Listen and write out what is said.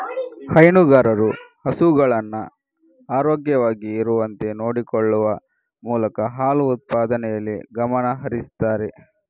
ಹೈನುಗಾರರು ಹಸುಗಳನ್ನ ಆರೋಗ್ಯವಾಗಿ ಇರುವಂತೆ ನೋಡಿಕೊಳ್ಳುವ ಮೂಲಕ ಹಾಲು ಉತ್ಪಾದನೆಯಲ್ಲಿ ಗಮನ ಹರಿಸ್ತಾರೆ